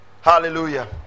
Hallelujah